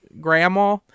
Grandma